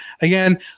again